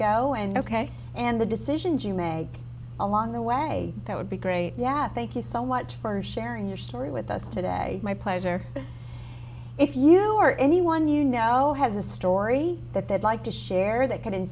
go and ok and the decisions you made along the way that would be great yeah thank you so much for sharing your story with us today my pleasure if you or anyone you know has a story that they'd like to share that could